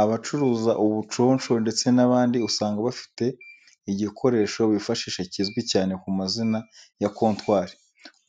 Abacuruza ubuconsho ndetse n'abandi, usanga bafite igikoresho bifashisha kizwi cyane ku mazina ya kontwari.